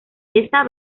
esta